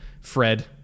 Fred